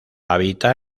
habita